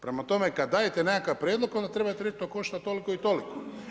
Prema tome, kad dajete nekakav prijedlog, onda treba reći to košta toliko i toliko.